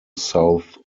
south